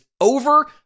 Over